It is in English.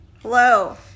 Hello